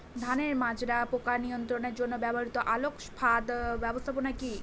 ধানের মাজরা পোকা নিয়ন্ত্রণের জন্য ব্যবহৃত আলোক ফাঁদ ব্যবস্থাপনা কি?